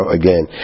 again